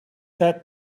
that